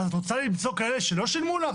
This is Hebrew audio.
את רוצה למצוא כאלה שלא שילמו לך?